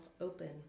open